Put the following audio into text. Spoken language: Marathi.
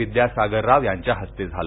विद्यासागर राव यांच्या हस्ते झाल